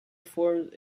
formed